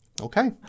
Okay